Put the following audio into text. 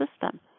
system